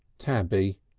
tabby.